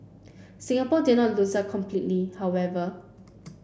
Singapore did not lose out completely however